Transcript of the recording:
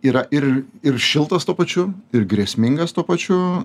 yra ir ir šiltas tuo pačiu ir grėsmingas tuo pačiu